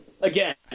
Again